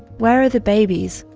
where are the babies?